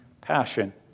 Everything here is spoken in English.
passion